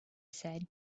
said